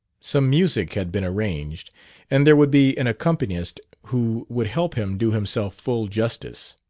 some music had been arranged and there would be an accompanist who would help him do himself full justice.